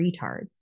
retards